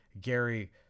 Gary